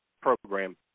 program